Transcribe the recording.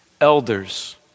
elders